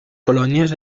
colònies